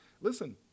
Listen